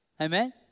Amen